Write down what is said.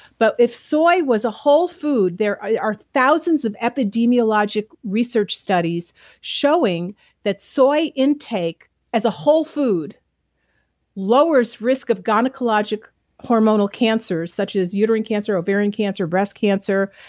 but if soy was a whole food, there are thousands of epidemiologic research studies showing that soy intake as a whole food lowers risks of gynecologic hormonal cancers such as uterine cancer, ovarian cancer breast cancer.